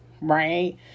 right